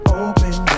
open